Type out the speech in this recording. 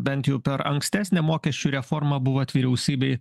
bent jau per ankstesnę mokesčių reformą buvot vyriausybėj